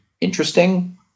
interesting